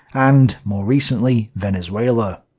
and, more recently, venezuela.